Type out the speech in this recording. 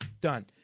Done